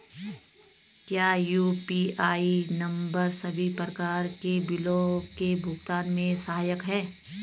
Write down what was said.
क्या UPI number सभी प्रकार के बिलों के भुगतान में सहायक हैं?